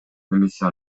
комиссия